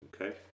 Okay